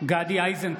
גדי איזנקוט,